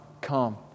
Come